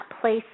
place